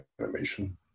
animation